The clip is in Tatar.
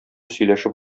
сөйләшеп